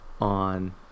on